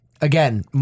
Again